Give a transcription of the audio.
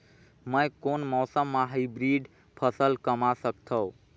मै कोन मौसम म हाईब्रिड फसल कमा सकथव?